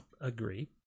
agree